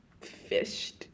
fished